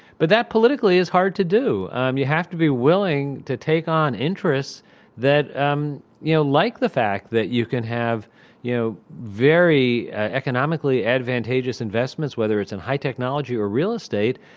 but that politically is hard to do. um you have to be willing to take on interests um you know like the fact that you can have you know very economically advantageous investments, whether it's in high technology or real estate,